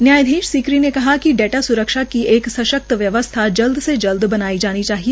न्यायाधीश सीकरी ने कहा कि डाटा सुरक्षा की एक सशक्त व्यवस्था जल्द से जल्द बनाई जानी चाहिए